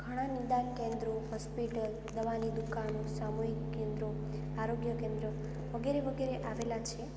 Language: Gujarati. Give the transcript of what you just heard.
ઘણા નિદાન કેન્દ્રો હોસ્પિટલ દવાની દુકાનો સામૂહિક કેન્દ્રો આરોગ્ય કેન્દ્રો વગેરે વગેરે આવેલાં છે